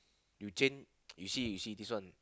you change you see you see this one